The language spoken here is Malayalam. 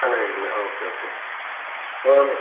അങ്ങനെയുണ്ടല്ലേ ഓക്കെ ഓക്കെ